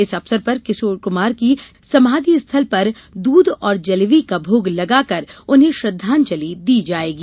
इस अवसर पर किशोर कुमार की समाधिस्थल पर दूध और जलेबी का भोग लगाकर उन्हें श्रद्धांजलि दी जायेगी